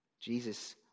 Jesus